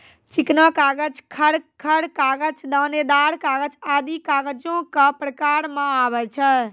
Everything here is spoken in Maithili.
चिकना कागज, खर खर कागज, दानेदार कागज आदि कागजो क प्रकार म आवै छै